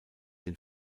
den